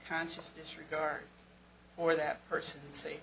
conscious disregard for that person s